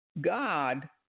God